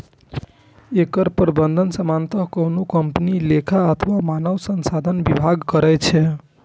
एकर प्रबंधन सामान्यतः कोनो कंपनी के लेखा अथवा मानव संसाधन विभाग करै छै